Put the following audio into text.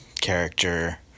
character